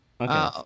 Okay